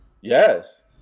Yes